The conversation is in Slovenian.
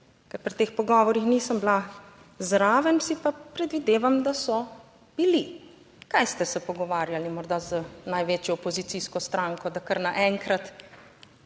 ker pri teh pogovorih nisem bila zraven, si pa predvidevam, da so bili. Kaj ste se pogovarjali morda z največjo opozicijsko stranko, da kar naenkrat